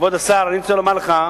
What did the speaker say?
כבוד השר, אני רוצה לומר לך,